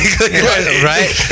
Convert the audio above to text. Right